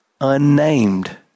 unnamed